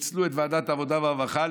ופיצלו את ועדת העבודה והרווחה